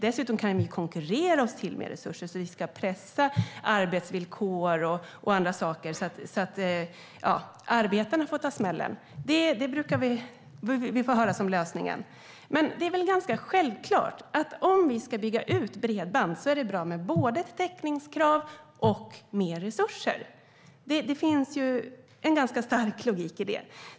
Dessutom kan vi konkurrera oss till mer resurser genom att pressa arbetsvillkor och annat så att arbetarna får ta smällen. Det brukar vi få höra är lösningen. Det är väl ganska självklart att om vi ska bygga ut bredband är det bra med både ett täckningskrav och mer resurser. Det finns en ganska stark logik i det.